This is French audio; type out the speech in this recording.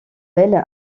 elle